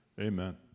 Amen